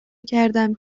کردم